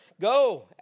go